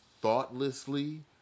thoughtlessly